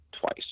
twice